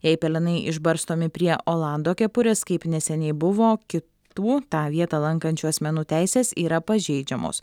jei pelenai išbarstomi prie olando kepurės kaip neseniai buvo kitų tą vietą lankančių asmenų teisės yra pažeidžiamos